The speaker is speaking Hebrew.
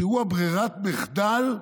שהוא ברירת המחדל מבחינתנו,